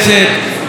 הדפוס,